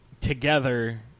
together